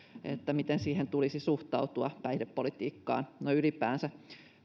miten siihen tulisi suhtautua päihdepolitiikkaan noin ylipäätänsä